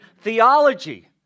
theology